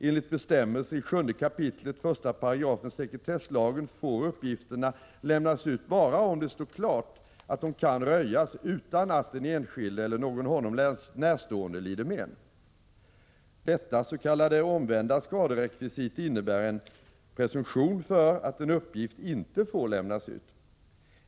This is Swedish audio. Enligt bestämmelser i 7 kap. 1 § sekretesslagen får uppgifterna lämnas ut endast om det står klart att de kan röjas utan att den enskilde eller någon honom närstående lider men. Detta s.k. omvända skaderekvisit innebär en presumtion för att en uppgift inte får lämnas ut.